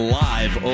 live